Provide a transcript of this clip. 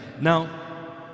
now